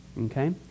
okay